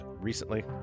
recently